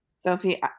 Sophie